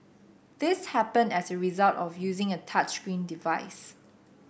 this happened as a result of using a touchscreen device